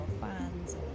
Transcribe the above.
fans